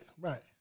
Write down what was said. right